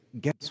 guess